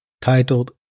titled